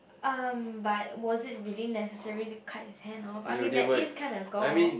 um but was it really necessary to cut his hand off I mean that is kind of gore